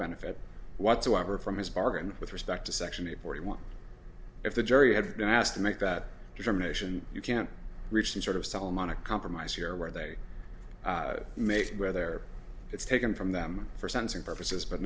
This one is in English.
benefit whatsoever from his bargain with respect to section eight forty one if the jury had been asked to make that determination you can reach some sort of solomonic compromise here where they make whether it's taken from them for sentencing purposes but